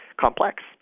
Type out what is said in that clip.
complex